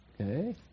Okay